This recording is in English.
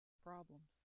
problems